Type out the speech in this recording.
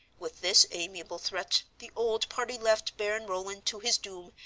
with this amiable threat the old party left baron roland to his doom,